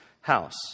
house